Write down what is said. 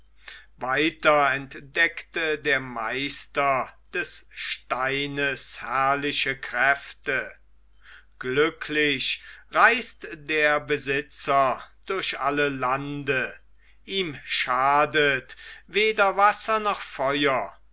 weiter entdeckte der meister des steines herrliche kräfte glücklich reist der besitzer durch alle lande ihm schadet weder wasser noch feuer